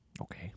Okay